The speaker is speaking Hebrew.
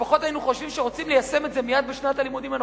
לפחות היינו חושבים שרוצים ליישם את זה מייד בשנת הלימודים הנוכחית.